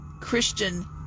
Christian